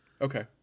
Okay